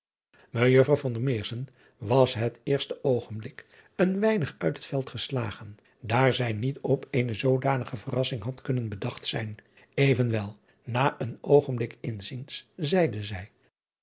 ejuffrouw was het eerste oogenblik een weinig uit het veld geslagen daar zij niet op eene zoodanige verrassing had kunnen bedacht zijn evenwel na een oogenblik inziens zeide zij